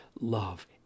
love